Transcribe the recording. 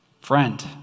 Friend